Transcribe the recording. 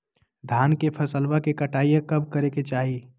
धान के फसलवा के कटाईया कब करे के चाही?